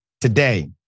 today